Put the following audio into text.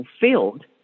fulfilled